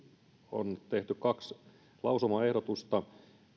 on tehty kaksi lausumaehdotusta